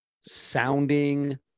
sounding